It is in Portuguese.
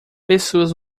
pessoas